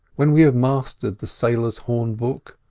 when we have mastered the sailor's horn-book,